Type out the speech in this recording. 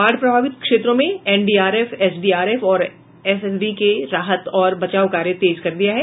बाढ़ प्रभावित क्षेत्रों में एनडीआरएफ एसडीआरएफ और एसएसबी ने राहत और बचाव कार्य तेज कर दिया है